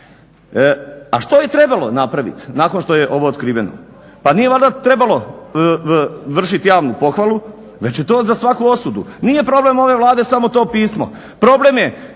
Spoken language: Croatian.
A što je trebalo napraviti nakon što je ovo otkriveno? Pa nije valjda trebalo vršiti javnu pohvalu već je to za svaku osudu. Nije problem ove Vlade samo to pismo, problem je